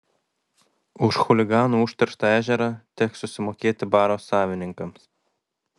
už chuliganų užterštą ežerą teks susimokėti baro savininkams